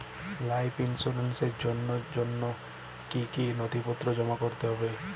Life ইন্সুরেন্সর জন্য জন্য কি কি নথিপত্র জমা করতে হবে?